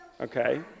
Okay